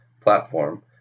platform